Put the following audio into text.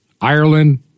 Ireland